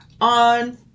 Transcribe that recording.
on